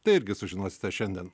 tai irgi sužinosite šiandien